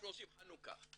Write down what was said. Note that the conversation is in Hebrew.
אנחנו עושים חנוכה.